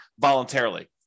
voluntarily